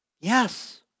Yes